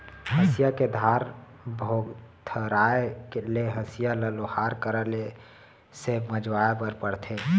हँसिया के धार भोथराय ले हँसिया ल लोहार करा ले से मँजवाए बर परथे